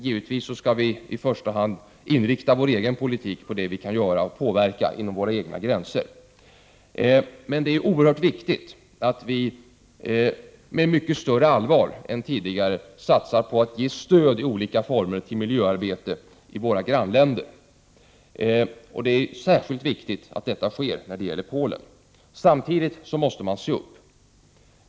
Givetvis skall vi i första hand inrikta vår politik på det vi kan påverka inom våra egna gränser. Men det är oerhört viktigt att vi med mycket större allvar än tidigare satsar på att ge stöd i olika former till miljöarbete i våra grannländer. Det är särskilt viktigt att detta sker när det gäller Polen. Samtidigt måste man se upp.